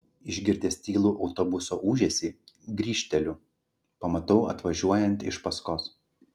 išgirdęs tylų autobuso ūžesį grįžteliu pamatau atvažiuojant iš paskos